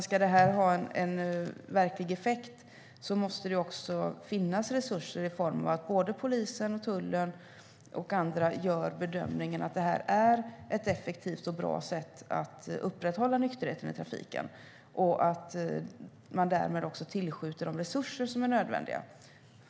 Om detta ska få en verklig effekt måste det också finnas resurser, och tull, polis och andra måste göra bedömningen att detta är ett effektivt och bra sätt att upprätthålla nykterheten i trafiken och därmed också tillskjuta de resurser som är nödvändiga.